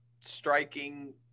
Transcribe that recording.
striking